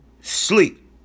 sleep